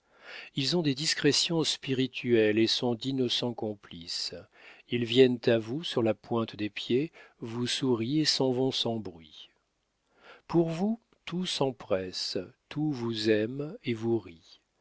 ils ont des discrétions spirituelles et sont d'innocents complices ils viennent à vous sur la pointe des pieds vous sourient et s'en vont sans bruit pour vous tout s'empresse tout vous aime et vous rit